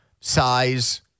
size